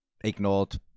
ignored